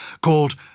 called